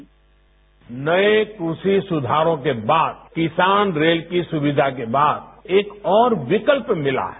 bite नए कृषि सुधारों के बाद किसान रेल की सुविधा के बाद एक और विकल्प मिला है